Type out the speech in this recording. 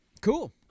cool